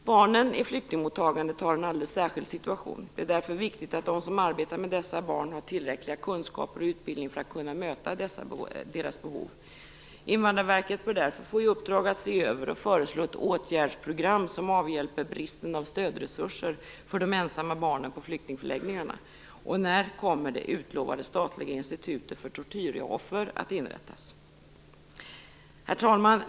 Barnen i flyktingmottagandet har en alldeles särskild situation. Det är därför viktigt att de som arbetar med dessa barn har tillräckliga kunskaper och utbildning för att kunna möta deras behov. Invandrarverket bör därför få i uppdrag att se över och föreslå ett åtgärdsprogram som avhjälper bristen på stödresurser för de ensamma barnen på flyktingförläggningarna. Och när kommer det utlovade statliga institutet för tortyroffer att inrättas? Herr talman!